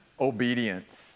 obedience